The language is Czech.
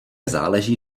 záleží